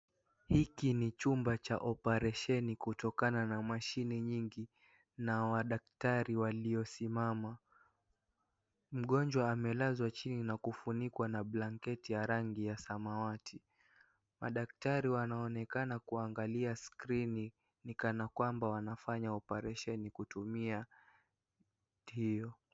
Hiki ni chumba cha oparesheni kutokana na mashini nyingi, na daktari waliosimama. Mgonjwa amelazwa chini na kufunikwa na blanketi ya rangi ya samawati. Madaktari wanaonekana kuangalia skrini kana kwamba wanafanya oparesheni kutumia hio.